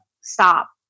stop